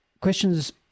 questions